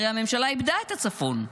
הרי הממשלה איבדה את הצפון,